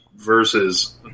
versus